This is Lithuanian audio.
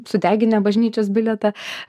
sudeginę bažnyčios bilietą